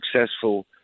successful